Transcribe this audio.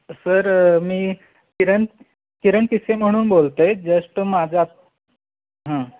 sir मी किरण किरण किसे म्हणून बोलतो आहे जस्ट माझा